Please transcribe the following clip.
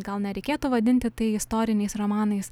gal nereikėtų vadinti tai istoriniais romanais